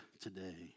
today